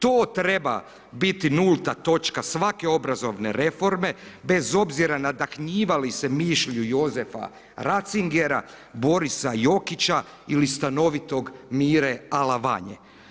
To treba biti nulta točka svake obrazovne reforme bez obzira nadahnjivali se mišlju Jozefa Racingera, Borisa Jokića ili stanovitog Mire Alavanje.